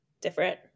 different